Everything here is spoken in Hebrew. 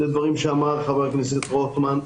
לדבריו של חבר הכנסת רוטמן.